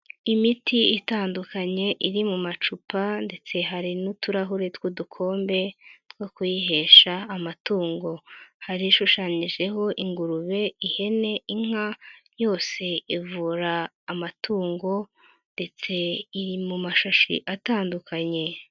Imiti itandukanye iri mu macupa ndetse hari n'utuhure tw'udukombe two kuyihesha amatungo, hari ishushanyijeho ingurube, ihene, inka, yose ivura amatungo ndetse iri mu mashashi atandukanye.